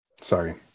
Sorry